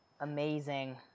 Amazing